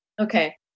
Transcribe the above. Okay